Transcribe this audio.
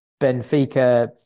Benfica